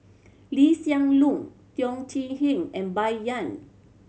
Lee Hsien Loong Teo Chee Hean and Bai Yan